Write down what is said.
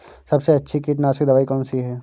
सबसे अच्छी कीटनाशक दवाई कौन सी है?